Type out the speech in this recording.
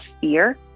fear